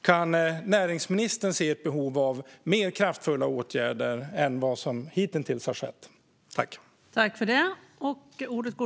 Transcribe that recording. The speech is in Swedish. Kan näringsministern se ett behov av mer kraftfulla åtgärder än dem som hitintills har vidtagits?